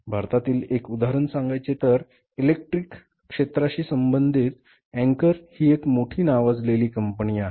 भारतातील एक उदाहरण सांगायचे तर इलेक्ट्रिक क्षेत्राशी संबंधित अँकर ही एक मोठी नावाजलेली कंपनी आहे